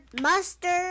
Mustard